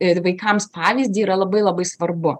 ir vaikams pavyzdį yra labai labai svarbu